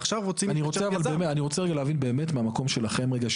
ועכשיו רוצים שהיזם --- אני רוצה רגע להבין באמת מהמקום שלכם רגע,